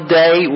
day